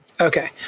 Okay